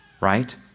right